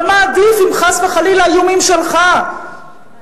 אבל מה עדיף, אם חס וחלילה האיומים שלך יתממשו?